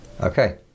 Okay